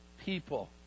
people